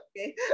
okay